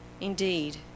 Indeed